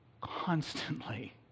constantly